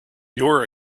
your